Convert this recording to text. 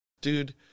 dude